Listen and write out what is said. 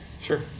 Sure